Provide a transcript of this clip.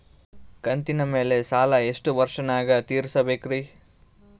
ಕಂತಿನ ಮ್ಯಾಲ ಸಾಲಾ ಎಷ್ಟ ವರ್ಷ ನ್ಯಾಗ ತೀರಸ ಬೇಕ್ರಿ?